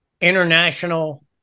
international